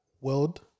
world